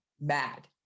mad